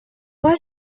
was